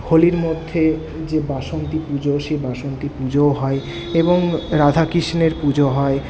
হোলির মধ্যে যে বাসন্তী পুজো সেই বাসন্তী পুজোও হয় এবং রাধাকৃষ্ণের পুজো হয়